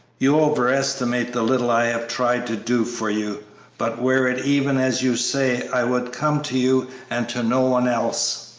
you over-estimate the little i have tried to do for you but were it even as you say, i would come to you and to no one else.